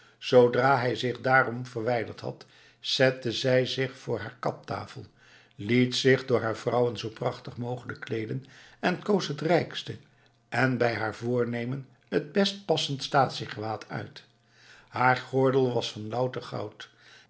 zoodra hij zich daarom verwijderd had zette zij zich voor haar kaptafel liet zich door haar vrouwen zoo prachtig mogelijk kleeden en koos het rijkste en bij haar voornemen t best passende staatsiegewaad uit haar gordel was van louter goud